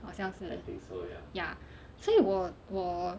好像是 ya 所以我我